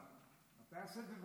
יאללה, תעשה את זה,